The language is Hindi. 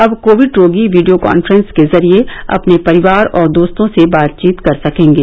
अब कोविड रोगी वीडियो कान्फ्रेंस के जरिए अपने परिवार और दोस्तों से बातचीत कर सकेंगे